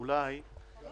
דרך